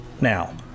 Now